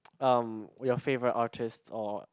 um your favourite artist or